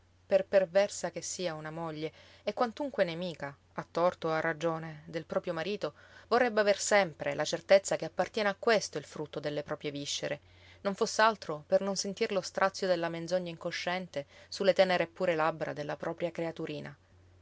per perversa che sia una moglie e quantunque nemica a torto o a ragione del proprio marito vorrebbe aver sempre la certezza che appartiene a questo il frutto delle proprie viscere non foss'altro per non sentir lo strazio della menzogna incosciente su le tenere e pure labbra della propria creaturina